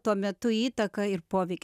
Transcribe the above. tuo metu įtaką ir poveikį